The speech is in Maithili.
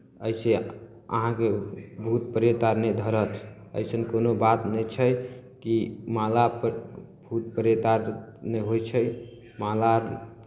एहिसँ अहाँके भूत प्रेत आर नहि धरत अइसन कोनो बात नहि छै कि मालापर भूत प्रेत आर नहि होइ छै माला आर